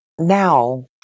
now